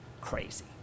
Crazy